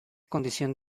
condición